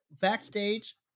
backstage